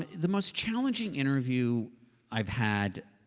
the most challenging interview i've had,